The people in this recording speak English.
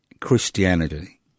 Christianity